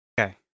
Okay